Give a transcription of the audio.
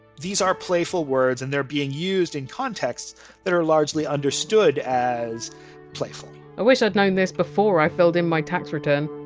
these are playful words and they're being used in contexts that are largely understood as as playful i wish i had known this before i filled in my tax return